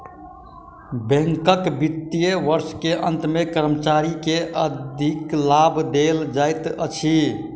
बैंकक वित्तीय वर्ष के अंत मे कर्मचारी के अधिलाभ देल जाइत अछि